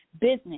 business